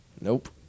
nope